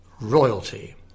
royalty